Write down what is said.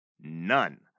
none